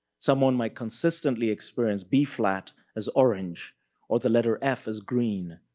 someone might consistently experience b-flat as orange or the letter f as green.